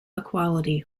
equality